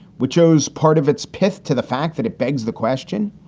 which is part of its path to the fact that it begs the question,